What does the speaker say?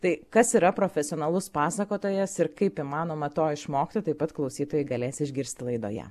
tai kas yra profesionalus pasakotojas ir kaip įmanoma to išmokti taip pat klausytojai galės išgirsti laidoje